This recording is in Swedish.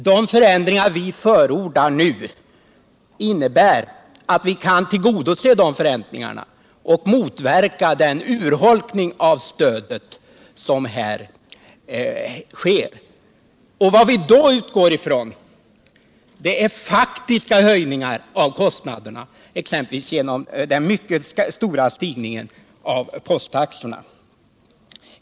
De förändringar vi förordar nu innebär att vi kan tillgodose dessa förväntningar och motverka den urholkning som här sker. Då utgår vi ifrån de faktiska höjningarna av kostnaderna, exempelvis genom den mycket stora ökningen av posttaxorna.